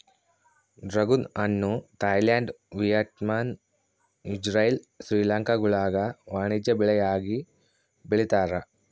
dragon ಹಣ್ಣು Thailand Vietnam Israel ಶ್ರೀಲಂಕಾಗುಳಾಗ ವಾಣಿಜ್ಯ ಬೆಳೆಯಾಗಿ ಬೆಳೀತಾರ